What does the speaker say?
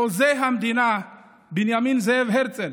חוזה המדינה בנימין זאב הרצל